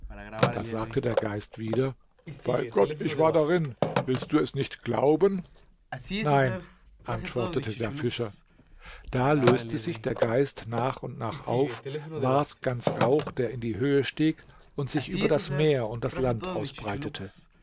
da sagte der geist wieder bei gott ich war darin willst du es nicht glauben nein antwortete der fischer da löste sich der geist nach und nach auf ward ganz rauch der in die höhe stieg und sich über das meer und das land ausbreitete